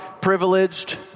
privileged